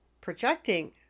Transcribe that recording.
projecting